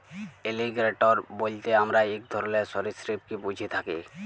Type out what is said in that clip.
alligator বইলতে আমরা ইক ধরলের সরীসৃপকে ব্যুঝে থ্যাকি